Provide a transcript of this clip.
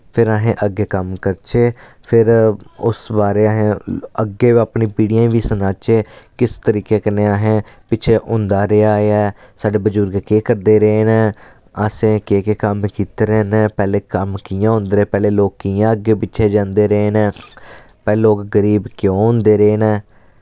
फिर असें अग्गे कम्म करचै फिर उस बारे असैं अग्गे अपनी पीढ़ियें बी सनाचै किस तरीके कन्नै असैं पिच्छे होंदा रेहा ऐ साढ़े बजुर्ग केह् करदे रेह् न असैं केह् केह् कम्म कीत्ते रे न पैह्ले कम्म कि'यां होंदे रेह् पैह्ले लोक कि'यां अग्गे पिच्छे जन्दे रेह् न पैह्ले लोक गरीब क्यों होंदे रेह् न